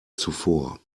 zuvor